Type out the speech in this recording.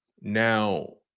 now